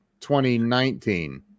2019